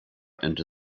into